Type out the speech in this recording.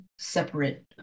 separate